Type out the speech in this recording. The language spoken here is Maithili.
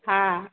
हँ